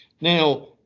Now